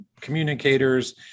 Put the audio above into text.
communicators